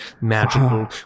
magical